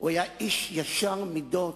הוא היה איש ישר מידות,